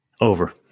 Over